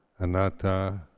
Anatta